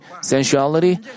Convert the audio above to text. sensuality